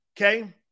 Okay